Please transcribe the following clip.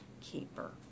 keeper